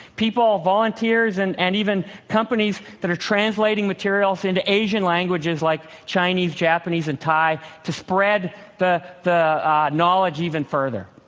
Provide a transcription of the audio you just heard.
people, volunteers and and even companies that are translating materials into asian languages like chinese, japanese and thai, to spread the the knowledge even further.